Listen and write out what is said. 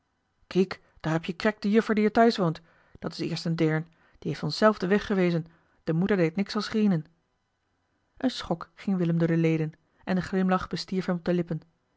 kiek daar heb je krèk de juffer die er thuis woont dat is eerst eli heimans willem roda een deern die heeft ons zelf den weg gewezen de moeder deed niks als grienen een schok ging willem door de leden en de glimlach bestierf hem op de lippen